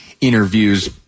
interviews